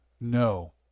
No